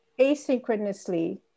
asynchronously